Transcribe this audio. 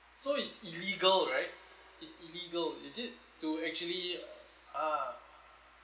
so it's illegal right is illegal is it to actually ah